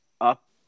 up